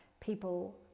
people